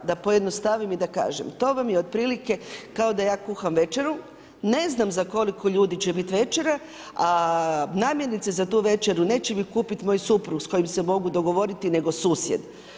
Da pojednostavim i da kažem, to vam je otprilike kao da ja kuham večeru, ne znam za koliko ljudi će biti večera a namirnice za tu večeru neće mi kupiti moj suprug s kojim se mogu dogovoriti nego susjed.